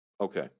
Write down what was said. okay